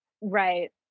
Right